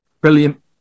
Brilliant